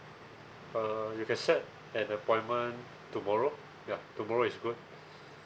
uh you can set an appointment tomorrow ya tomorrow is good